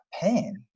pain